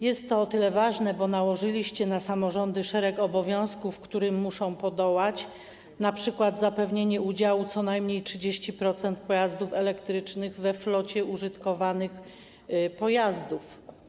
Jest to o tyle ważne, że nałożyliście na samorządy szereg obowiązków, którym muszą podołać, np. zapewnienie udziału co najmniej 30% pojazdów elektrycznych we flocie użytkowanych pojazdów.